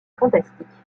fantastiques